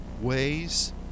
ways